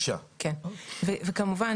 וכמובן,